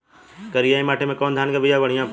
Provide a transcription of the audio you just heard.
करियाई माटी मे कवन धान के बिया बढ़ियां पड़ी?